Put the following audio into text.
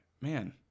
man